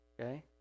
Okay